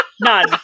None